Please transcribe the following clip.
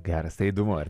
geras tai įdomu